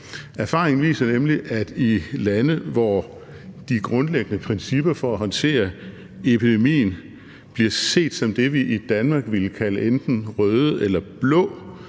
Erfaringen viser nemlig, at i lande, hvor de grundlæggende principper for at håndtere epidemien bliver set som det, vi i Danmark ville kalde enten røde eller blå,